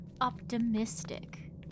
optimistic